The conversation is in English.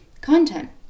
content